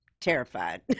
terrified